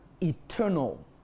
eternal